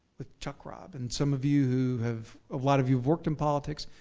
with chuck robb. and some of you who have, a lot of you have worked in politics,